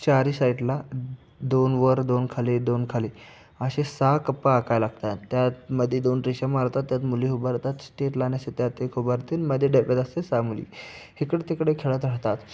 चारही साईडला दोन वर दोन खाली दोन खाली असे सहा कप्पा आखायला लागतात त्यामध्ये दोन रेषा मारतात त्यात मुली उभं राहतात स्टेट लायन असते त्यात एक उभं राहते आणि मध्ये डब्यात असते सहा मुली इकडं तिकडे खेळत राहतात